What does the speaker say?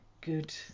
Good